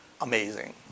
amazing